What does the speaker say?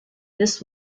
this